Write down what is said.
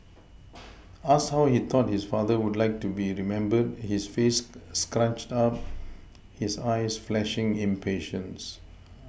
asked how he thought his father would like to be remembered his face scrunched up his eyes flashing impatience